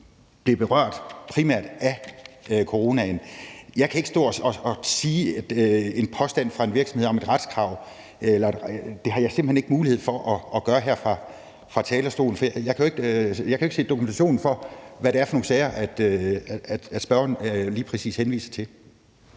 blev berørt primært af coronaen. Jeg kan ikke stå og kommentere en påstand fra en virksomhed om et retskrav; det har jeg simpelt hen ikke mulighed for at gøre her fra talerstolen. Jeg kan jo ikke se dokumentationen for de sager, spørgeren lige præcis henviser til.